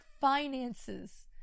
finances